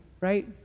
right